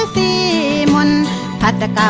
the one that